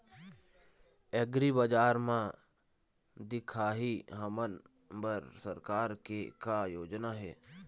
एग्रीबजार म दिखाही हमन बर सरकार के का योजना हे?